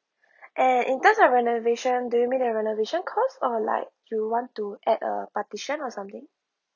and in terms of renovation do you mean at renovation cost or like you want to add a partition or something